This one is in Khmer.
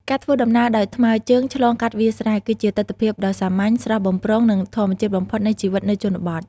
ការធ្វើដំណើរដោយថ្មើរជើងឆ្លងកាត់វាលស្រែ គឺជាទិដ្ឋភាពដ៏សាមញ្ញ ស្រស់បំព្រង និងធម្មជាតិបំផុតនៃជីវិតនៅជនបទ។